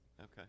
Okay